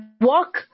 Walk